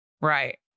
Right